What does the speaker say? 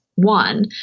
One